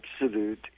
absolute